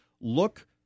look